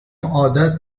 عادت